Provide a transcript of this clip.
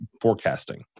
forecasting